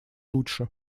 лучше